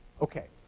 ok.